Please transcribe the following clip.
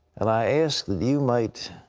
and i ask that you might